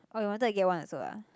orh you wanted to get one also ah